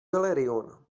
veleriona